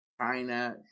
China